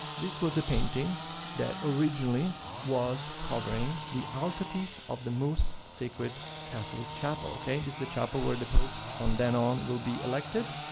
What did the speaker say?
this was a painting that originally was covering the altarpiece of the most sacred catholic chapel, okay? and it's the chapel where the popes from then on will be elected.